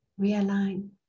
realign